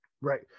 right